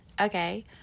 okay